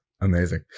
Amazing